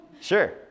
sure